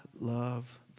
love